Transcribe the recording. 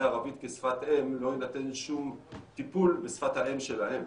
ערבית בשפת אם לא יינתן שום טיפול בשפת האם שלהם.